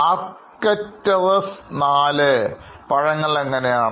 Arcturus IV പഴങ്ങൾ എങ്ങനെയാണ്